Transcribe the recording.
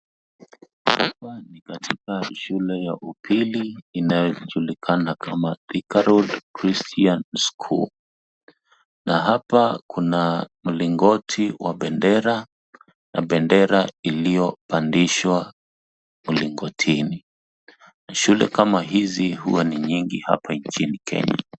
Hapa ni katika shule ya upili, inayojulikana kama Thika Road Christian School, na hapa kuna mlingoti wa bendera, na bendera iliyopandishwa mlingotini. Shule kama hizi huwa ni nyingi hapa nchini Kenya.